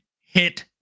hit